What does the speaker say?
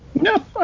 no